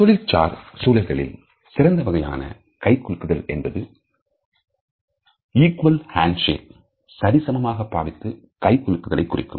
தொழில் சார் சூழல்களில் சிறந்த வகையான கைகுலுக்குதல் என்பது இக்வல் ஹேண்ட் சேக் சரி சமமாக பாவித்து கை குலுக்குதலை குறிக்கும்